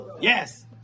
Yes